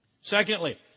Secondly